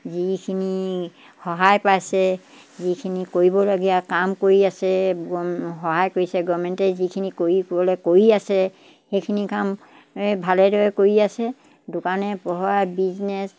যিখিনি সহায় পাইছে যিখিনি কৰিবলগীয়া কাম কৰি আছে সহায় কৰিছে গভমেণ্টে যিখিনি কৰি কলে কৰি আছে সেইখিনি কাম ভালদৰে কৰি আছে দোকানে পোহাৰে বিজনেছ